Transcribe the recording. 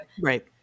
right